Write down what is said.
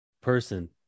person